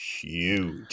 huge